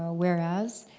ah whereas.